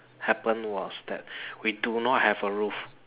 happened was that we do not have a roof